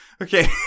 Okay